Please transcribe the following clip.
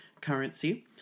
currency